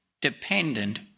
dependent